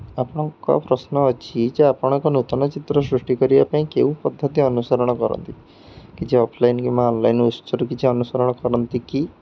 ଆପଣଙ୍କ ପ୍ରଶ୍ନ ଅଛି ଯେ ଆପଣଙ୍କ ନୂତନ ଚିତ୍ର ସୃଷ୍ଟି କରିବା ପାଇଁ କେଉଁ ପଦ୍ଧତି ଅନୁସରଣ କରନ୍ତି କିଛି ଅଫ୍ଲାଇନ୍ କିମ୍ବା ଅନ୍ଲାଇନ୍ ଉତ୍ସରୁ କିଛି ଅନୁସରଣ କରନ୍ତି କି